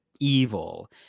Evil